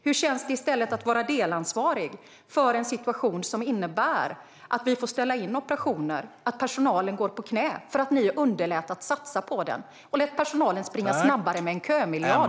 Hur känns det i stället att vara delansvarig för en situation som innebär att vi får ställa in operationer, att personalen går på knä för att ni underlät att satsa på dem och i stället lät dem springa snabbare med en kömiljard?